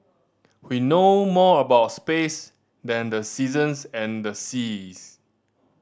we know more about space than the seasons and the seas